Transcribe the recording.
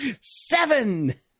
seven